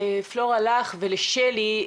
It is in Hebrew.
פלורה לך ולשלי,